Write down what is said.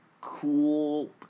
cool